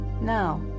Now